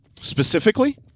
specifically